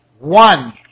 One